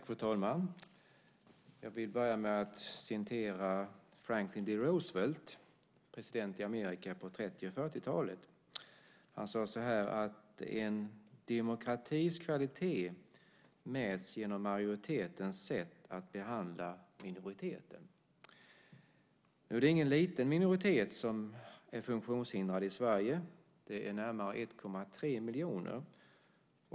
Fru talman! Jag vill börja med att citera Franklin D. Roosevelt, president i Amerika på 1930 och 1940-talen. Han sade att en demokratis kvalitet mäts genom majoritetens sätt att behandla minoriteter. Nu är det ingen liten minoritet i Sverige som är funktionshindrad. Det är närmare 1,3 miljoner.